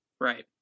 right